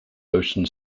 ocean